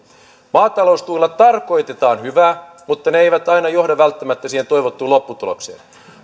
maataloustuilla tarkoitetaan hyvää mutta ne eivät aina johda välttämättä siihen toivottuun lopputulokseen